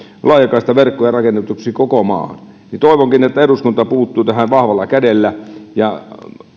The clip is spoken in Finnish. laajakaistaverkkoja rakennetuksi koko maahan toivonkin että eduskunta puuttuu tähän vahvalla kädellä ja